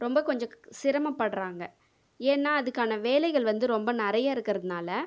ரொம்ப கொஞ்சம் சிரமப்படுகிறாங்க ஏன்னா அதுக்கான வேலைகள் வந்து ரொம்ப நிறைய இருக்கிறதுனால